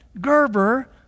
Gerber